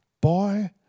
Boy